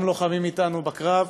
גם לוחמים אתנו בקרב